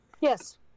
yes